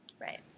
Right